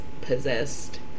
possessed